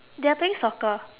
they're playing soccer